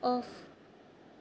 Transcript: off